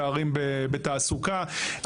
פערים בתעסוקה.